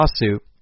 lawsuit